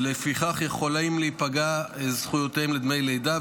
ולפיכך יכולות להיפגע זכויותיהן לדמי לידה.